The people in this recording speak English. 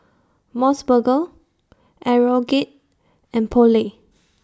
Mos Burger Aeroguard and Poulet